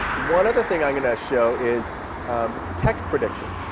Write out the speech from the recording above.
one other thing i'm going to show is text prediction.